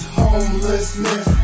homelessness